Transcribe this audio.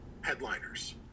headliners